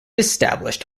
established